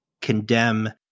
condemn